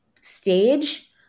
stage